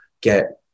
get